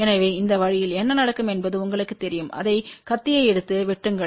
எனவே இந்த வழியில் என்ன நடக்கும் என்பது உங்களுக்குத் தெரியும் அதை கத்தியை எடுத்து வெட்டுங்கள்